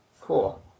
Cool